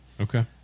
Okay